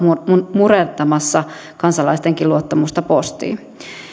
murentamassa kansalaistenkin luottamusta postiin